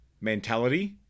mentality